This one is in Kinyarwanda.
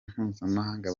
mpuzamahanga